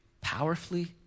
Powerfully